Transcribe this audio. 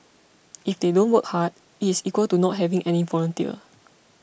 if they don't work hard it is equal to not having any volunteer